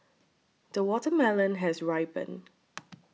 the watermelon has ripened